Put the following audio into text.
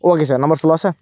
okay sir number சொல்லவா sir